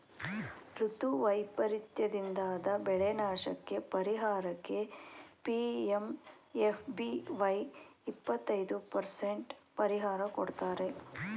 ಋತು ವೈಪರೀತದಿಂದಾದ ಬೆಳೆನಾಶಕ್ಕೇ ಪರಿಹಾರಕ್ಕೆ ಪಿ.ಎಂ.ಎಫ್.ಬಿ.ವೈ ಇಪ್ಪತೈದು ಪರಸೆಂಟ್ ಪರಿಹಾರ ಕೊಡ್ತಾರೆ